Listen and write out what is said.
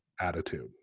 Attitude